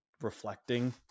reflecting